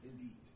Indeed